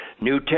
New